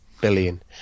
billion